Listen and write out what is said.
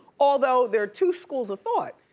although there are two schools of thought.